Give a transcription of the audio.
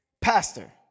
Pastor